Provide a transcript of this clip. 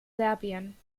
serbien